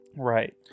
Right